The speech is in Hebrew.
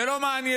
זה לא מעניין.